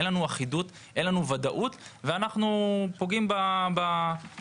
כך לא תהיה לנו אחידות וודאות ונפגע ביכולת